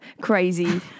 crazy